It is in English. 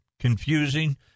confusing